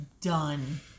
done